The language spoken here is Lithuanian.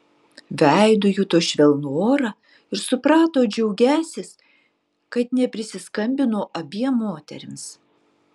veidu juto švelnų orą ir suprato džiaugiąsis kad neprisiskambino abiem moterims